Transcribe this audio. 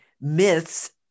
myths